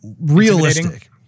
realistic